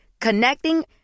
Connecting